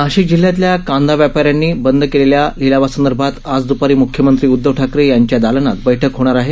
नाशिक जिल्ह्यातल्या कांदा व्यापाऱ्यांनी बंद केलेल्या लिलावासंदर्भात आज द्पारी म्ख्यमंत्री उद्धव ठाकरे यांच्या दालनात बैठक होणार आहे